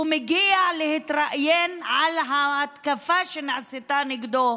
מגיע להתראיין על ההתקפה שנעשתה נגדו,